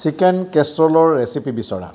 chicken কেচৰ'লৰ recipe বিচৰা